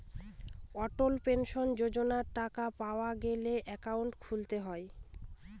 অটল pension যোজনার টাকা পাওয়া গেলে একাউন্ট খুলতে হয়